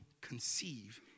conceive